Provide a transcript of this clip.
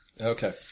Okay